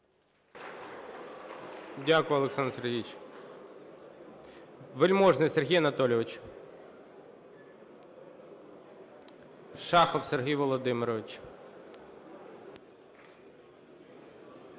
Дякую, Олександр Сергійович. Вельможний Сергій Анатолійович. Шахов Сергій Володимирович.